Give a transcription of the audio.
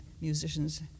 musicians